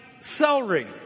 celery